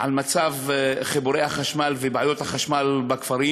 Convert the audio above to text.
על מצב חיבורי החשמל ובעיות החשמל בכפרים